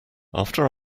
after